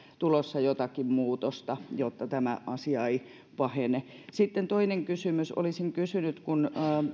tulossa jotakin muutosta jotta tämä asia ei pahene sitten toinen kysymys kun